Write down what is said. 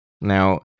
Now